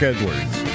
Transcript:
Edwards